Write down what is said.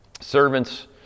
servants